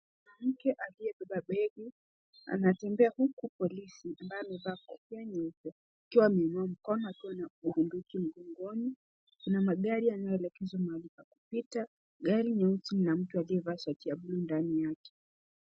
Mwanamke aliye beba begi anatembea huku polisi ambaye amevaa kofia akiwa ameinua mkono akiwa amebeba bunduki mgongoni. Kuna magari yanaelekezwa mahali pa kupita. Gari nyeusi na mtu aliyevaa shati la bluu ndani yake.